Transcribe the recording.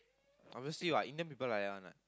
obviously what Indian people like that one what